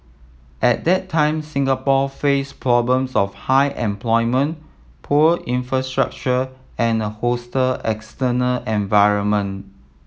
at that time Singapore faced problems of high unemployment poor infrastructure and a hostile external environment